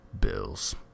bills